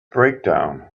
breakdown